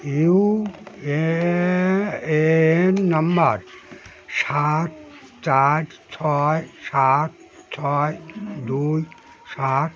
you A N number সাত চার ছয় সাত ছয় দুই সাত